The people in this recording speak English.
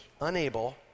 unable